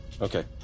Okay